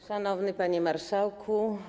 Szanowny Panie Marszałku!